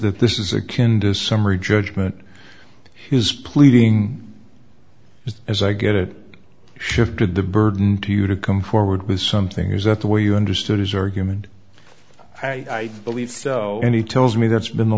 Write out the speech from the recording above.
that this is a kinda summary judgment to his pleading just as i get it shifted the burden to you to come forward with something is that the way you understood his argument i believe so and he tells me that's been the